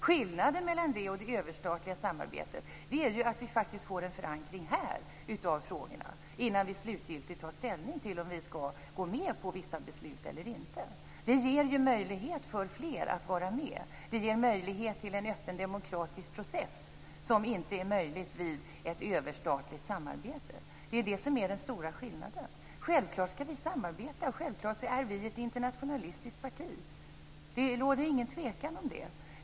Skillnaden mellan detta och det mellanstatliga samarbetet är ju att vi faktiskt får en förankring av frågorna här innan vi slutgiltigt tar ställning till om vi skall gå med på vissa beslut eller inte. Det ger ju möjlighet för fler att vara med. Det ger möjlighet till en öppen demokratisk process som inte är möjlig vid ett överstatligt samarbete. Det är det som är den stora skillnaden. Självklart skall vi samarbeta. Självklart är vi ett internationalistiskt parti. Det råder ingen tvekan om det.